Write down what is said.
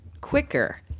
Quicker